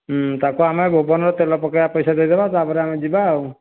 ତାକୁ ଆମେ ଭୁବନରେ ତେଲ ପକେଇବା ପଇସା ଦେଇଦେବା ତା'ପରେ ଆମେ ଯିବା ଆଉ